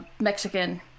mexican